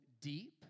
deep